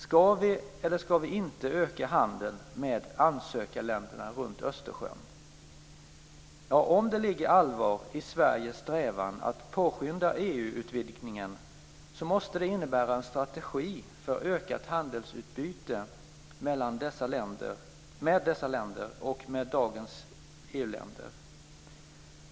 Ska vi eller ska vi inte öka handeln med ansökarländerna runt Östersjön? Om det ligger allvar i Sveriges strävan att påskynda EU-utvidgningen, måste det innebära en strategi för ökat handelsutbyte med dessa länder och med dagens EU-länder.